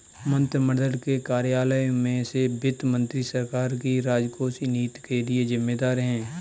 मंत्रिमंडल के कार्यालयों में से वित्त मंत्री सरकार की राजकोषीय नीति के लिए जिम्मेदार है